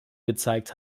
gezeigt